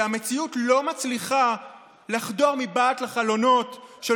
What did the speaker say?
כשהמציאות לא מצליחה לחדור מבעד לחלונות של